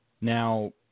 Now